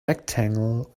rectangle